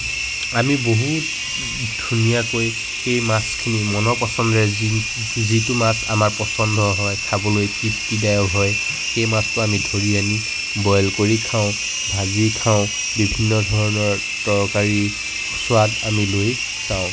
আমি বহুত ধুনীয়াকৈ সেই মাছখিনি মনৰ পচন্দৰে যি যিটো মাছ আমাৰ পচন্দ হয় খাবলৈ তৃপ্তিদায়ক হয় সেই মাছটো আমি ধৰি আনি বইল কৰি খাওঁ ভাজি খাওঁ বিভিন্ন ধৰণৰ তৰকাৰী স্বাদ আমি লৈ চাওঁ